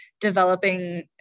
developing